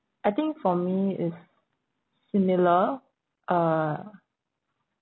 I think for me is similar uh